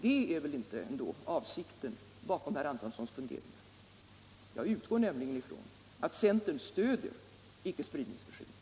Det är väl ändå inte avsikten bakom herr Antonssons funderingar. Jag utgår nämligen ifrån att centern stöder icke-spridningssträvandena.